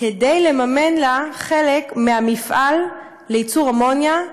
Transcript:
כדי לממן לה חלק מהמפעל לייצור אמוניה,